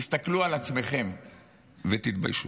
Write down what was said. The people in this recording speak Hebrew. תסתכלו על עצמכם ותתביישו.